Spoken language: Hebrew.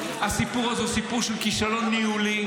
הסיפור הזה הוא סיפור של כישלון ניהולי,